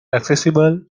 accessible